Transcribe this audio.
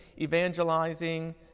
evangelizing